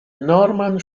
norman